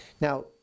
Now